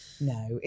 no